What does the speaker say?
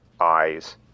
eyes